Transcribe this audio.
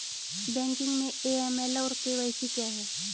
Banking में AML और KYC क्या हैं?